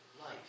life